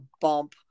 bump